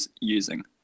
using